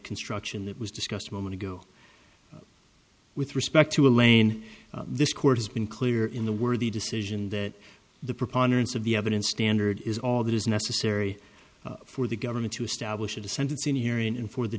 construction that was discussed a moment ago with respect to elaine this court has been clear in the word the decision that the preponderance of the evidence standard is all that is necessary for the government to establish in the sentencing hearing and for the